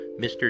Mr